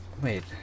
Wait